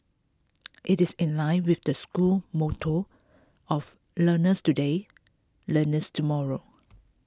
it is in line with the school motto of learners today learners tomorrow